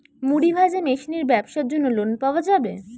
মুড়ি ভাজা মেশিনের ব্যাবসার জন্য লোন পাওয়া যাবে?